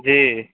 जी